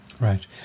Right